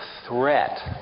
threat